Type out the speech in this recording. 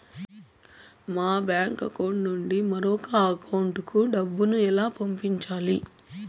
మా bank account నుండి మరొక అకౌంట్ కు డబ్బును ఎలా పంపించాలి